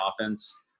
offense